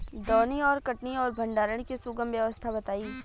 दौनी और कटनी और भंडारण के सुगम व्यवस्था बताई?